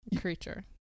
creature